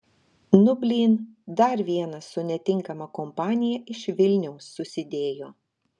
nu blyn dar vienas su netinkama kompanija iš vilniaus susidėjo